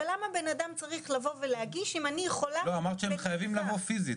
אבל למה אדם צריך להגיש אם אני יכולה --- אמרת שהם חייבים לבוא פיזית.